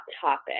topic